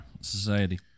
society